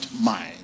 mind